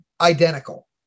identical